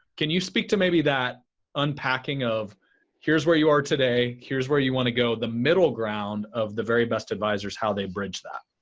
can you speak to maybe that unpacking of here's where you are today, here's where you want to go, the middle ground of the very best advisors how they bridge that.